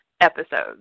episodes